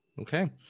Okay